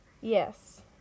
yes